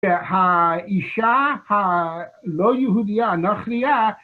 האישה הלא יהודייה, נכריה,